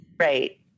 Right